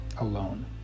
alone